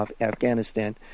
Afghanistan